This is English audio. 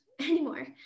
anymore